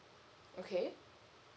okay